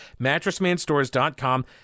mattressmanstores.com